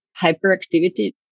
hyperactivity